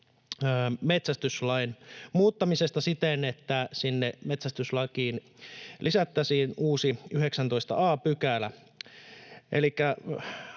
metsästyslain muuttamisesta siten, että sinne metsästyslakiin lisättäisiin uusi 19 a §.